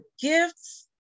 gifts